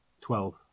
Twelve